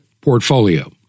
portfolio